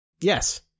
Yes